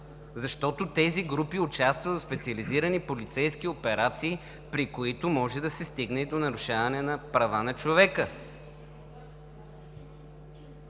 защото тези групи участват в специализирани полицейски операции, при които може да се стигне и до нарушаване на права на човека.